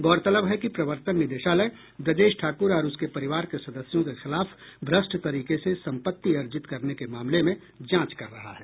गौरतलब है कि प्रवर्तन निदेशालय ब्रजेश ठाकुर और उसके परिवार के सदस्यों के खिलाफ भ्रष्ट तरीके से संपत्ति अर्जित करने के मामले में जांच कर रहा है